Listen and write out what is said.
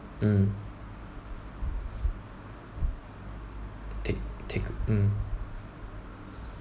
mm take take mm